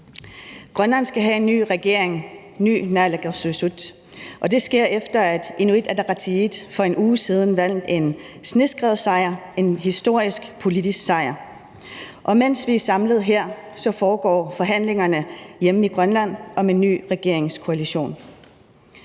Grønland skal have en ny regering, ny naalakkersuisut, og det sker, efter at Inuit Ataqatigiit for en uge siden vandt en sneskredssejr, en historisk politisk sejr, og mens vi er samlet her, foregår forhandlingerne hjemme i Grønland om en ny regeringskoalition.